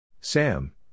Sam